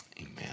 amen